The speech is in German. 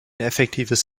effektives